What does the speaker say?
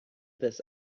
this